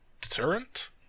deterrent